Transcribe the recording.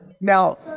Now